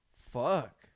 Fuck